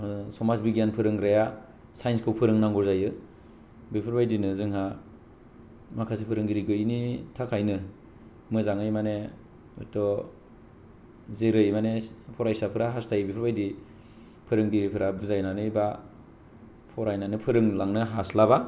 समाज बिगियान फोरोंग्राया साइन्सखौ फोरोंनांगौ जायो बेफोरबादिनो जोंहा माखासे फोरोंगिरि गैयैनि थाखायनो मोजाङै माने थ' जेरै माने फरायसाफोरा हास्थायो बेफोरबादि फोरोंगिरिफोरा बुजायनानै बा फरायनानै फोरोंलांनो हास्लाबा